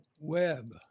web